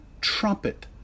trumpet